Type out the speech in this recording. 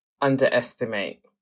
underestimate